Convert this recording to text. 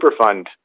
Superfund